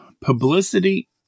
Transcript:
Publicity